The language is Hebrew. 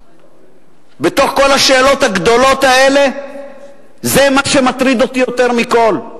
בתוך כל השאלות הגדולות האלה זה מה שמטריד אותי יותר מכול,